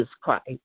Christ